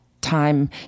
time